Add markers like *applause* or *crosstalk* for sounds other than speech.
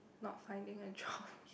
not finding a job *breath*